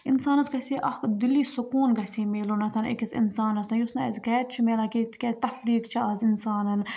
اِنسانَس گژھِ ہے اَکھ دِلی سکوٗن گژھِ ہے مِلُن أکِس اِنسانَس یُس نہٕ اَسہِ گَرِ چھُ مِلان تِکیٛازِ تَفریٖک چھِ آز اِنسانَن